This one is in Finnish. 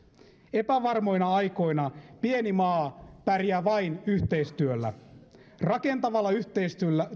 epävarmoina aikoina pieni maa pärjää vain yhteistyöllä rakentavalla yhteistyöllä